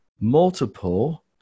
multiple